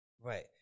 Right